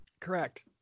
Correct